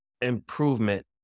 improvement